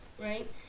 right